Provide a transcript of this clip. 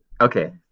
Okay